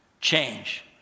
change